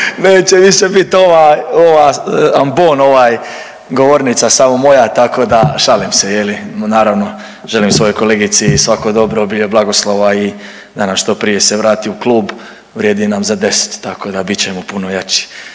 neće više biti ovaj, ova ambon ovaj govornica samo moja tako da, šalim se je li naravno, želim svojoj kolegici svako dobro, bio blagoslova i da nam što prije se vrati u klub, vrijedi za nam za 10 tako da bit ćemo puno jači